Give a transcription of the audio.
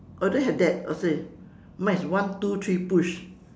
oh you don't have that oh same mine is one two three push